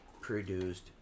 produced